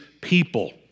people